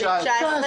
ל-19'.